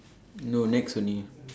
no Nex only